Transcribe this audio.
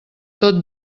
tot